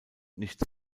nichts